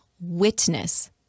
witness